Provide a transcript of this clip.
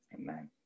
Amen